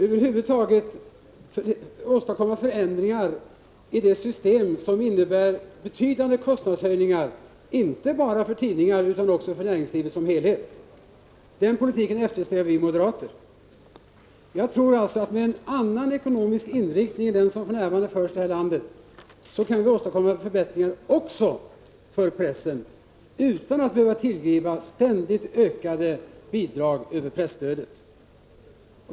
Över huvud taget gäller det att åstadkomma förändringar i det system som innebär betydande kostnadshöjningar inte bara för tidningarna utan också för näringslivet som helhet. En sådan politik eftersträvar vi moderater. Jag tror alltså att med en annan ekonomisk inriktning än den som för i Prot. 1985/86:105 närvarande förekommer här i landet kan vi åstadkomma förbättringar också för pressen, utan att behöva tillgripa ständigt ökade bidrag över presstödet.